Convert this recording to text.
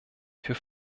für